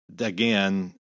again